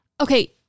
Okay